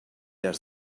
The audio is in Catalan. has